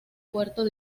puerto